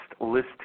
list